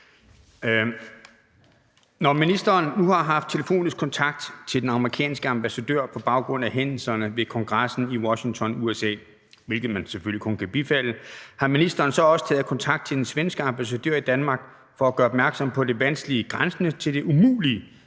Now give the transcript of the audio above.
Når ministeren nu har haft telefonisk kontakt til den amerikanske ambassadør på baggrund af hændelserne ved Kongressen i Washington, USA, hvilket man selvfølgelig kun kan bifalde, har ministeren så også taget kontakt til den svenske ambassadør i Danmark for at gøre opmærksom på det vanskelige, grænsende til det umulige,